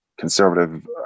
conservative